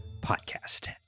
Podcast